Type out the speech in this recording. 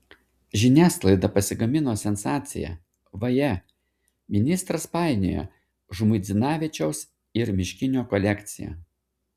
žiniasklaida pasigamino sensaciją vaje ministras painioja žmuidzinavičiaus ir miškinio kolekciją